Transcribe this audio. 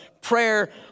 prayer